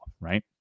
right